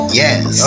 yes